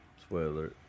Spoiler